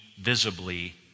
visibly